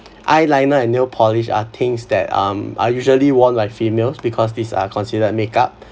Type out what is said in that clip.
eyeliner and nail polish are things that um are usually worn by females because these are considered makeup